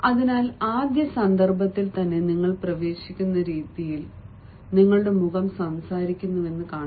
അതിനാൽ ആദ്യ സന്ദർഭത്തിൽ തന്നെ നിങ്ങൾ പ്രവേശിക്കുന്ന രീതിയിൽ നിങ്ങളുടെ മുഖം സംസാരിക്കുന്നുവെന്ന് കാണുക